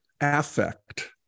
affect